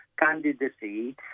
candidacy